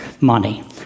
money